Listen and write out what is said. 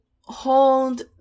hold